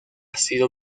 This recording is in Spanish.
sido